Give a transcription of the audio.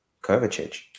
Kovacic